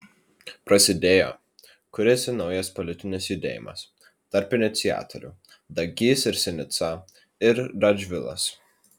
prasidėjo kuriasi naujas politinis judėjimas tarp iniciatorių dagys ir sinica ir radžvilas